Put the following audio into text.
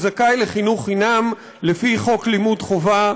זכאי לחינוך חינם לפי חוק לימוד חובה,